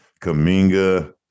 Kaminga